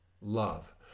love